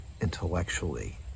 intellectually